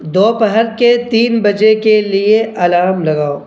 دوپہر کے تین بجے کے لیے الارم لگاؤ